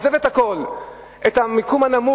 הוא עוזב את הכול, את המיקום הנמוך.